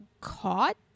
caught